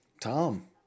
Tom